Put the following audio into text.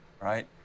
Right